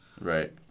Right